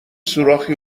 سوراخی